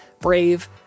Brave